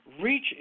reach